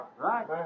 Right